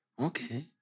Okay